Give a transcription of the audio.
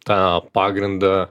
tą pagrindą